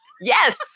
Yes